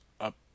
up